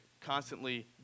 constantly